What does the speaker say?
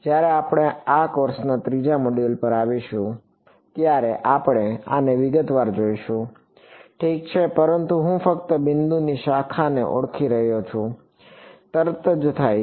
જ્યારે આપણે આ કોર્સના ત્રીજા મોડ્યુલ પર આવીશું ત્યારે આપણે આને વિગતવાર જોઈશું ઠીક છે પરંતુ હું ફક્ત બિંદુની શાખાને ઓળખી રહ્યો છું જે તરત જ થાય છે